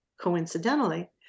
Coincidentally